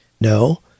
No